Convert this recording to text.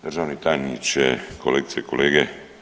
Državni tajniče, kolegice i kolege.